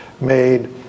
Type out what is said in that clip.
made